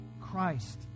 Christ